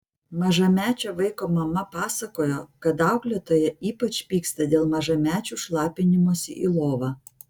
mažamečio vaiko mama pasakojo kad auklėtoja ypač pyksta dėl mažamečių šlapinimosi į lovą